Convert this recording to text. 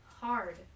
hard